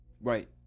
Right